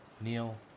Neil